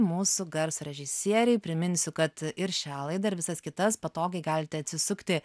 mūsų garso režisierei priminsiu kad ir šią laidą ir visas kitas patogiai galite atsisukti